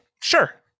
Sure